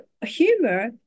humor